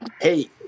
hey